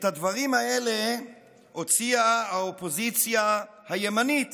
את הדברים האלה הוציאה האופוזיציה הימנית